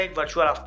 virtual